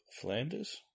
flanders